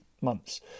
months